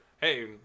Hey